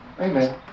Amen